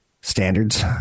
standards